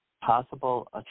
possible